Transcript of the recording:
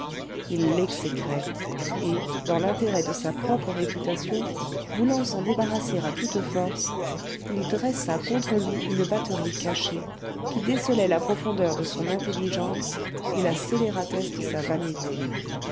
il l'exécrait et dans l'intérêt de sa propre réputation voulant s'en débarrasser à toute force il dressa contre lui une batterie cachée qui décelait la profondeur de son intelligence et la scélératesse de sa vanité